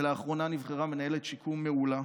ולאחרונה נבחרה מנהלת שיקום מעולה.